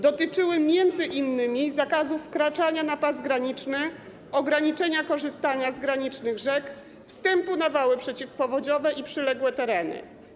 Dotyczyły m.in. zakazu wkraczania na pas graniczny, ograniczenia korzystania z granicznych rzek, wstępu na wały przeciwpowodziowe i przyległe tereny.